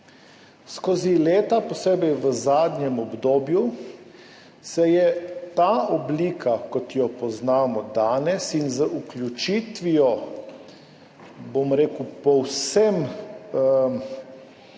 Skozi leta, posebej v zadnjem obdobju, se je ta oblika, kot jo poznamo danes, in z vključitvijo, bom rekel, povsem zasebnega